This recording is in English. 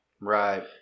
Right